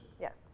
Yes